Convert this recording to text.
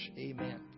Amen